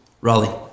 Raleigh